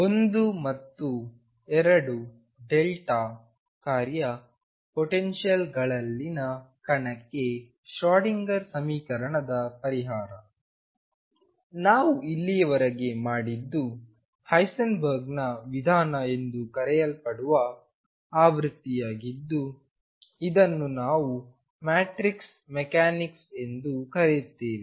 ಒಂದು ಮತ್ತು ಎರಡು ಡೆಲ್ಟಾ ಕಾರ್ಯ ಪೊಟೆನ್ಶಿಯಲ್ಗಳಲ್ಲಿನ ಕಣಕ್ಕೆ ಶ್ರೋಡಿಂಗರ್ ಸಮೀಕರಣದ ಪರಿಹಾರ ನಾವು ಇಲ್ಲಿಯವರೆಗೆ ಮಾಡಿದ್ದು ಹೈಸೆನ್ಬರ್ಗ್ನ ವಿಧಾನ ಎಂದು ಕರೆಯಲ್ಪಡುವ ಆವೃತ್ತಿಯಾಗಿದ್ದು ಇದನ್ನು ನಾವು ಮ್ಯಾಟ್ರಿಕ್ಸ್ ಮೆಕ್ಯಾನಿಕ್ಸ್ ಎಂದು ಕರೆಯುತ್ತೇವೆ